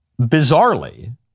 bizarrely